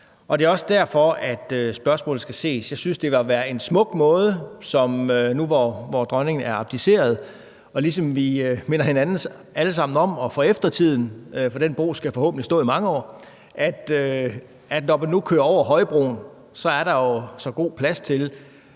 Det er også ud fra det, at spørgsmålet skal ses. Jeg synes, det vil være en smuk måde, nu, hvor dronningen er abdiceret, ligesom at minde hinanden og eftertiden om dronning Margrethe – for den bro skal forhåbentlig stå i mange år. Og når man nu kører over højbroen, er der jo god plads til